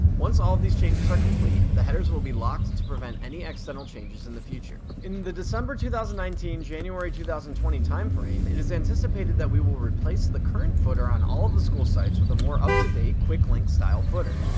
once all of these changes are complete the headers will be locked to prevent any accidental changes in the future. in the december two thousand and nineteen january two thousand and twenty timeframe it is anticipated that we will replace the current footer on all of the school sites with a more up to date, quick link style footer.